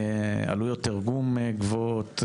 עלויות תרגום הן גבוהות,